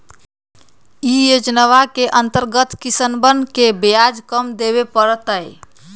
ई योजनवा के अंतर्गत किसनवन के ब्याज कम देवे पड़ तय